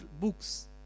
books